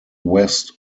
west